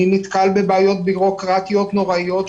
אני נתקל בבעיות ביורוקרטיות נוראיות.